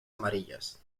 amarillas